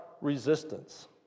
resistance